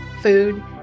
food